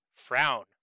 frown